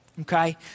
Okay